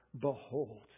Behold